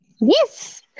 Yes